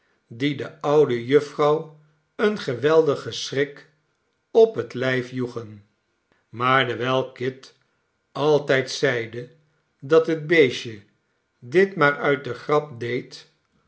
die de oude jufvrouw een geweldigen schrik op het lijf joegen maar dewijl kit altijd zeide dat het beestje dit maar uit de grap deed